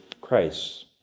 Christ